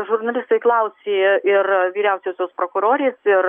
žurnalistai klausė ir vyriausiosios prokurorės ir